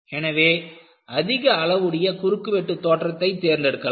எனவே அதிக அளவுடைய குறுக்குவெட்டு தோற்றத்தை தேர்ந்தெடுக்கலாம்